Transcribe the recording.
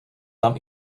tam